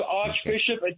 archbishop